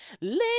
leave